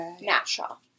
natural